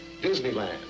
Disneyland